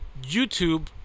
youtube